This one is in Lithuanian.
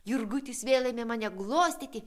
jurgutis vėl ėmė mane glostyti